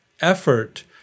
effort